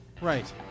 right